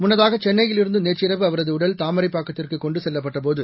முன்னதாக சென்னையிலிருந்து நேற்றிரவு அவரது உடல் தாமரைப்பாக்கத்திற்கு கொண்டு செல்லப்பட்டபோது